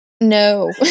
No